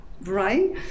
right